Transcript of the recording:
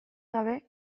gabe